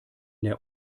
der